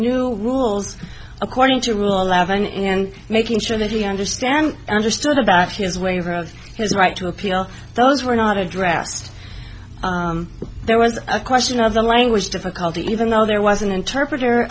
new rules according to rule eleven in making sure that he understand understood about his way or of his right to appeal those were not addressed there was a question of the language difficulty even though there was an interpreter